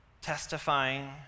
testifying